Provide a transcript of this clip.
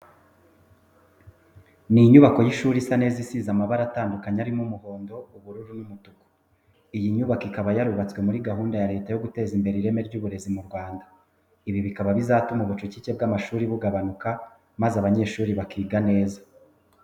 Ni inyubako y'ishuri isa neza isize amabara tandukanye arimo umuhondo, ubururu n'umutuku. Iyi nyubako ikaba yarubatswe mu muri gahunda ya Leta yo guteza imbere ireme ry'uburezi mu Rwanda. Ibi bikaba bizatuma ubucucike bw'abanyeshuri bugabanuka maze abanyeshuri bakiga neza.